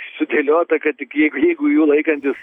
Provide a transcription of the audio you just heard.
sudėliota kad tik jei jeigu jų laikantis